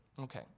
Okay